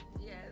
Yes